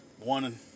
one